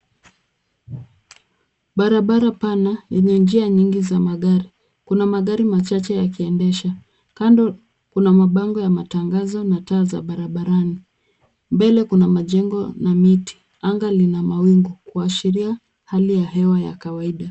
Barabara pana, yenye njia nyingi za magari. Kuna magari machache yakiendesha. Kando kuna mabango ya matangazo na taa za barabarani. Mbele kuna majengo na miti. Anga lina mawingu. Kuashiria, hali ya hewa ya kawaida.